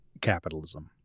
capitalism